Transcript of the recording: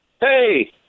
Hey